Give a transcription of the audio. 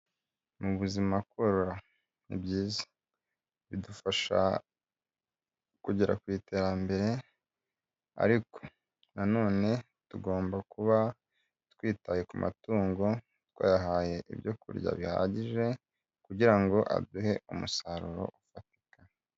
Mu buzima korora ni byiza, bidufasha kugera ku iterambere ariko na none tugomba kuba twitaye ku matungo, twayahaye ibyo kurya bihagije kugira ngo aduhe umusaruro ufatika.